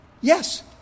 Yes